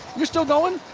you still going?